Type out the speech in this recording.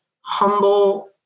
humble